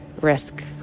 risk